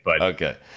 Okay